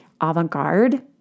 avant-garde